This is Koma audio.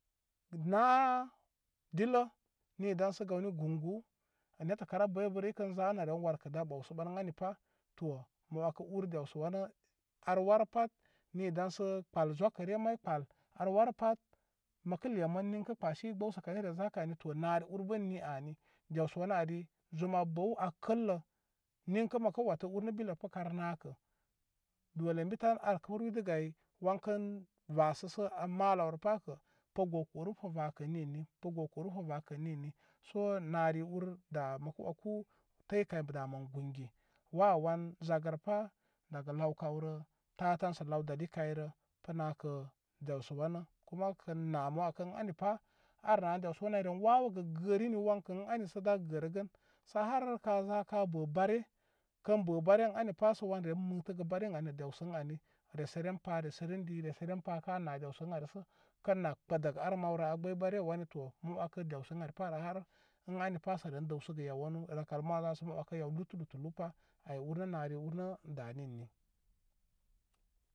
Na dillə ni daysə gawni gun guwu nə nette kan abəy bərə ikən za ən are warkə da ɓawsə ɓən ən anipa to mə wəkə ur dewsə wənə ar warə pat ni daysə kpəl zəkəre may kpəl ar war pat məkə le mən ninkə kpəse bəwsə kaynə re zakə ari to nari urbə ən ni ani dewsə wani ari zuma bəw a kəllə ninkə məkə watə urnə bilə pə kar nakə dulenbi tan ar pəruydəgə ay wan kən vasə sə a ma lawrə pakə pə gowkə urnə kə vakə ar ninni pə gowkə ur nə kə vakə ən ninni so nari ur da mə wəku təy da mən gungu wanə wan zagərəpa daga law kawrə tatan sə law daɗi kayrə pə nakə dewsə wa nə kuma kən na mən wəku wən ən anipa ar ar nanə dewsə wanu ay ren wawəgə gərini waŋkə ən ani sə da gərəgən sə harka za ka bə bare kən bə bare ən anipa sə wan ren mətəgə baren ani nə desə ən ani resə ren pa resəren di resəren pa kana dewsə ən ari sə kən na kpədək ar mawrə a gbəy bare wani to mə wəkə dewsə ən aripa ən anipa səren dəwsəgə yaw wanu rəlkl ma sə ma wəkə yaw gbutu gbutu lupa ay urnə nari urnə ad ən ninni.